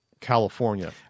California